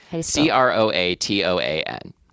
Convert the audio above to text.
C-R-O-A-T-O-A-N